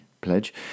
pledge